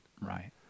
Right